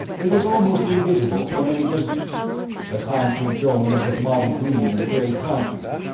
it was almost invisible from any distance the concrete dome was of mottled green and gray concrete,